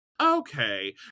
okay